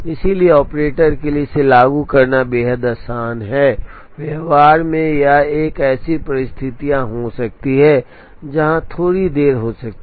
इसलिए ऑपरेटर के लिए इसे लागू करना बेहद आसान है व्यवहार में यह ऐसी परिस्थितियां हो सकती हैं जहां थोड़ी देरी हो सकती है